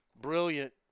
Brilliant